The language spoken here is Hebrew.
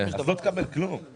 בעד קבלת ההסתייגות?